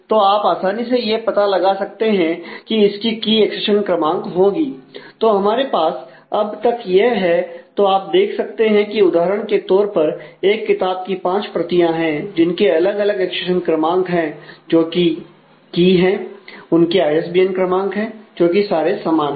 तो हमारे पास अब तक यह है तो आप देख सकते हैं कि उदाहरण के तौर पर एक किताब की 5 प्रतियां हैं जिनके अलग अलग एक्सेशन क्रमांक हैं जोकि की है उनके आईएसबीएन क्रमांक हैं जो कि सारे समान हैं